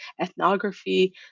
ethnography